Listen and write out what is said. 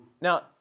Now